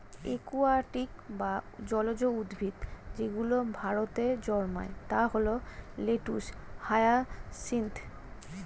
aquatic বা জলজ উদ্ভিদ যেগুলো ভারতে জন্মায় তা হল লেটুস, হায়াসিন্থ